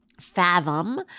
fathom